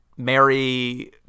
mary